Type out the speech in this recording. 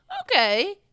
okay